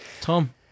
Tom